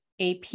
AP